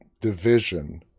division